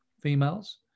females